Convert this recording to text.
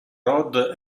rod